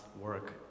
work